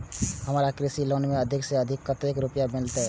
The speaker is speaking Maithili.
हमरा कृषि लोन में अधिक से अधिक कतेक रुपया मिलते?